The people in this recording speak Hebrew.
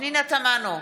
פנינה תמנו,